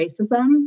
racism